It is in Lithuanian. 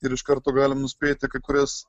ir iš karto galim nuspėti kai kurias